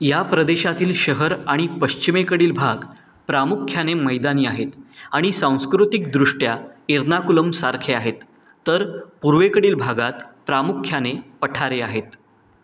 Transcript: या प्रदेशातील शहर आणि पश्चिमेकडील भाग प्रामुख्याने मैदानी आहेत आणि सांस्कृतिकदृष्ट्या इरनाकुलमसारखे आहेत तर पूर्वेकडील भागात प्रामुख्याने पठारे आहेत